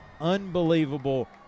unbelievable